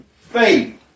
faith